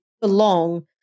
belong